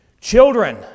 Children